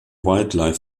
wildlife